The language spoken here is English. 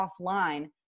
offline